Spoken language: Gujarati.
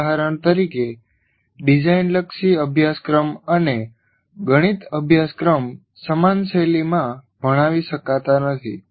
ઉદાહરણ તરીકે ડિઝાઇન લક્ષી અભ્યાસક્રમ અને ગણિત અભ્યાસક્રમ સમાન શૈલીમાં ભણાવી શકાતા નથી